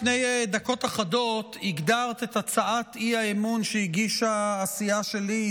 לפני דקות אחדות הגדרת את הצעת האי-אמון שהגישה הסיעה שלי,